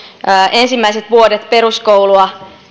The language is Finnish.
ensimmäiset vuodet peruskoulua